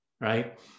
right